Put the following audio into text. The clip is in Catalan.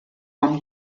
amb